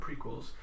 prequels